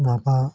माबा